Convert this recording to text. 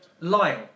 Lyle